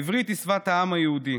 העברית היא שפת העם היהודי,